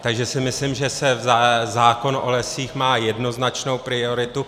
Takže si myslím, že zákon o lesích má jednoznačnou prioritu.